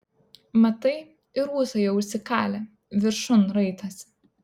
matai ir ūsai jau išsikalė viršun raitosi